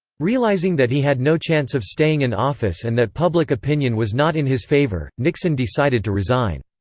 realizing that he had no chance of staying in office and that public opinion was not in his favor, nixon decided to resign.